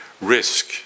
risk